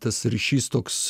tas ryšys toks